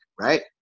right